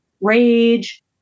rage